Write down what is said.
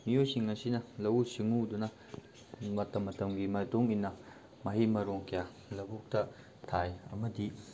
ꯃꯤꯑꯣꯏꯁꯤꯡ ꯑꯁꯤꯅ ꯂꯧꯎ ꯁꯤꯡꯎꯗꯨꯅ ꯃꯇꯝ ꯃꯇꯝꯒꯤ ꯃꯇꯨꯡ ꯏꯟꯅ ꯀꯍꯩ ꯃꯔꯣꯡ ꯀꯌꯥ ꯂꯧꯕꯨꯛꯇ ꯊꯥꯏ ꯑꯃꯗꯤ